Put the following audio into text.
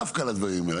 דווקא על הדברים האלה.